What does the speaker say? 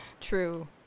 True